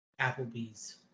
Applebee's